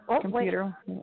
computer